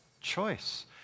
Choice